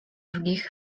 других